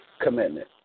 commitment